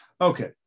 Okay